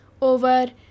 over